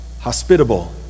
hospitable